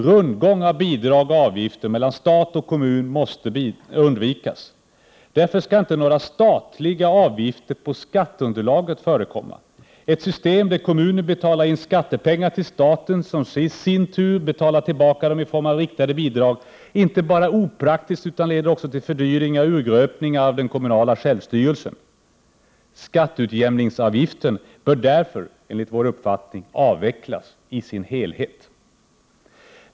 Rundgång av bidrag och avgifter mellan stat och kommun måste undvikas. Därför skall inte några statliga avgifter på skatteunderlaget förekomma. Ett system där kommunen betalar in skattepengar till staten, som sedan i sin tur betalar tillbaka dem i form av riktade bidrag, är inte bara opraktiskt utan leder också till fördyringar och urgröpningar av den kommunala självstyrelsen. Skatteutjämningsavgiften bör därför, enligt vår uppfattning, avvecklas i sin helhet.